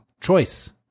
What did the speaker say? choice